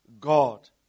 God